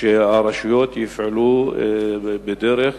הרשויות יפעלו בדרך